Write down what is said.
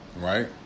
right